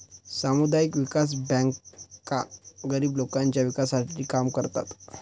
सामुदायिक विकास बँका गरीब लोकांच्या विकासासाठी काम करतात